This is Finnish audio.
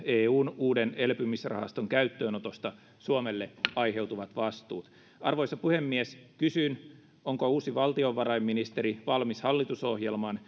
eun mahdollisen uuden elpymisrahaston käyttöönotosta suomelle aiheutuvat vastuut arvoisa puhemies kysyn onko uusi valtiovarainministeri valmis hallitusohjelman